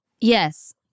Yes